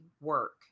work